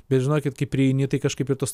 bet žinokit kai prieini tai kažkaip ir tos